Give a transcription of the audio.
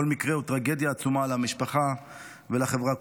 כל מקרה הוא טרגדיה עצומה למשפחה ולחברה כולה.